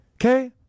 Okay